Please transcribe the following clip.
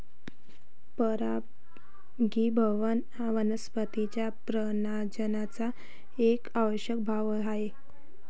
परागीभवन हा वनस्पतीं च्या प्रजननाचा एक आवश्यक भाग आहे